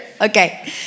Okay